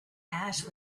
ash